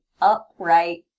upright